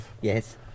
yes